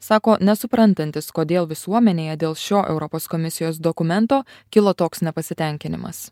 sako nesuprantantis kodėl visuomenėje dėl šio europos komisijos dokumento kilo toks nepasitenkinimas